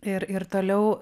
ir ir toliau